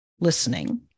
listening